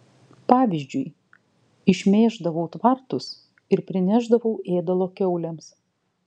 pavyzdžiui išmėždavau tvartus ir prinešdavau ėdalo kiaulėms